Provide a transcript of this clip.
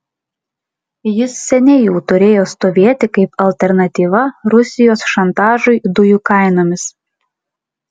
jis seniai jau turėjo stovėti kaip alternatyva rusijos šantažui dujų kainomis